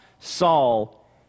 Saul